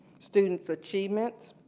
students' achievements,